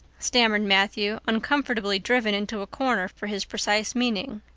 stammered matthew, uncomfortably driven into a corner for his precise meaning.